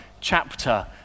chapter